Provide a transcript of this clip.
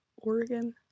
Oregon